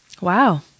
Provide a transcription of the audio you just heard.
Wow